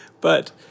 but-